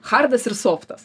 chardas ir softas